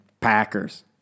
Packers